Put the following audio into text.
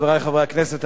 חברי חברי הכנסת,